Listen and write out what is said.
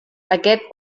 aquest